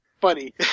funny